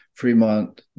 Fremont